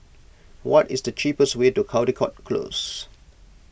what is the cheapest way to Caldecott Close